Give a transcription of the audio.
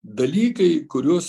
dalykai kuriuos